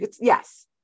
yes